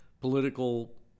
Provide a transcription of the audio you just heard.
Political